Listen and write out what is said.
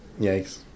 Yikes